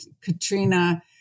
Katrina